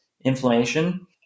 inflammation